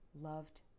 loved